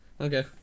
okay